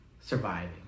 surviving